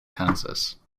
kansas